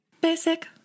Basic